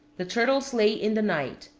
the turtles lay in the night,